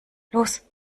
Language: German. los